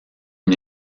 une